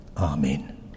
Amen